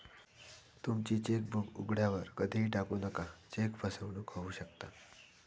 तुमची चेकबुक उघड्यावर कधीही टाकू नका, चेक फसवणूक होऊ शकता